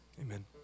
amen